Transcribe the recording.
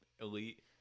elite